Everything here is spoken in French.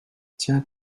tiens